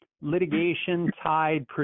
litigation-tied